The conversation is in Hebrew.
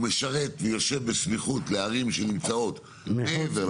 שהוא משרת ויושב בסמיכות לערים שנמצאות מעבר לקו הירוק.